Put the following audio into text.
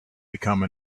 become